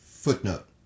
Footnote